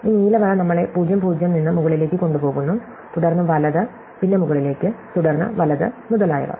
ഈ നീല വര നമ്മളെ 0 0 നിന്ന് മുകളിലേക്ക് കൊണ്ടുപോകുന്നു തുടർന്ന് വലത് പിന്നെ മുകളിലേക്ക് തുടർന്ന് വലത് മുതലായവ